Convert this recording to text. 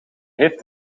heeft